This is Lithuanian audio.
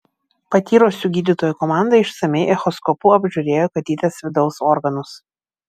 patyrusių gydytojų komanda išsamiai echoskopu apžiūrėjo katytės vidaus organus